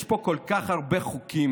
יש פה כל כך הרבה חוקים